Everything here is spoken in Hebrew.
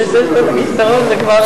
נימוס צריך להיות הדדי.